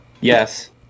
Yes